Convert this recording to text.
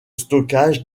stockage